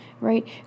Right